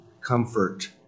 comfort